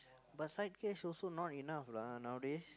but side cash also not enough lah nowadays